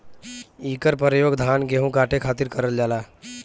इकर परयोग धान गेहू काटे खातिर करल जाला